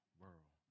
world